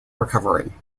recovery